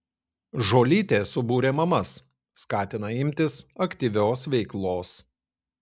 žuolytė subūrė mamas skatina imtis aktyvios veiklos